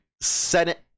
senate